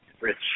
Rich